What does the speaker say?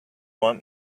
want